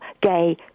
gay